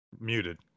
Muted